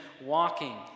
walking